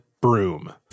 broom